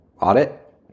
audit